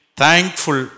thankful